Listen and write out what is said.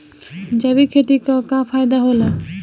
जैविक खेती क का फायदा होला?